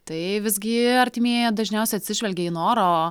tai visgi artimieji dažniausiai atsižvelgia į noro